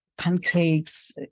Pancakes